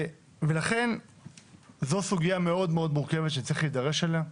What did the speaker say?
ולכן זו סוגיה מאוד מאוד מורכבת שצריך להידרש אליה.